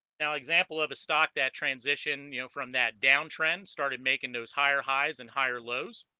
now example of a stock that transition you know from that downtrend started making those higher highs and higher lows